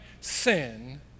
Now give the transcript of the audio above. sin